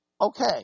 Okay